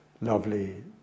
lovely